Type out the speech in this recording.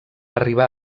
arribar